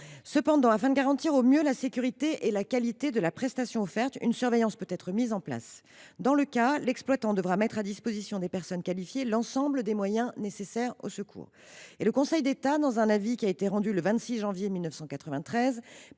Cependant, afin de garantir au mieux la sécurité et la qualité de la prestation offerte, une surveillance peut y être mise en place. Le cas échéant, l’exploitant devra mettre à disposition du personnel qualifié ainsi mobilisé l’ensemble des moyens nécessaires au secours. Le Conseil d’État, dans un avis rendu le 26 janvier 1993,